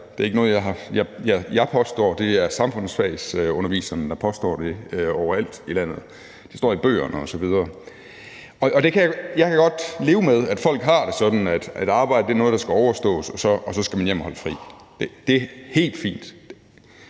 Det er ikke noget, jeg påstår. Det er samfundsfagsunderviserne, der påstår det, overalt i landet; det står i bøgerne osv. Jeg kan godt leve med, at folk har det sådan, altså at arbejde er noget, der skal overstås, og at så skal man hjem og holde fri. Det er helt fint.